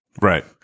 Right